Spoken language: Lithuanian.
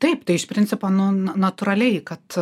taip tai iš principo nu natūraliai kad